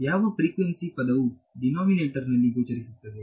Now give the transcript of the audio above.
ಯಾವ ಫ್ರಿಕ್ವೆನ್ಸಿ ಪದವು ಡಿನೊಮಿನೇಟರ್ ನಲ್ಲಿ ಗೋಚರಿಸುತ್ತದೆ